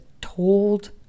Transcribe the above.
told